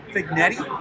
Fignetti